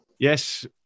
Yes